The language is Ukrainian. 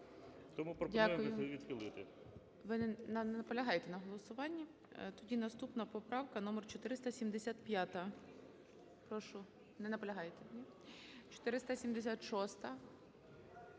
Тому пропонуємо відхилити.